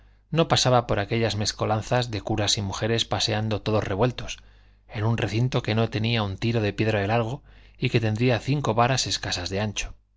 no pasaba por aquellas mescolanzas de curas y mujeres paseando todos revueltos en un recinto que no tenía un tiro de piedra de largo y que tendría cinco varas escasas de ancho